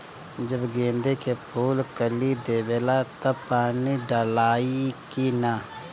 जब गेंदे के फुल कली देवेला तब पानी डालाई कि न?